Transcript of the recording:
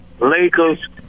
Lakers